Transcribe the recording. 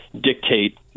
dictate